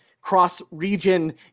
cross-region